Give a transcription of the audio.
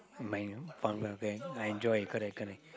my Bangla friend I enjoy correct correct